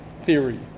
theory